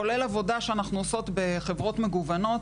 כולל עבודה שאנחנו עושות בחברות מגוונות